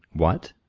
what,